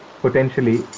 potentially